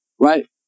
right